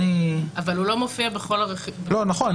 אני --- אבל הוא לא מופיע בכל הרכיבים --- נכון,